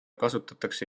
kasutatakse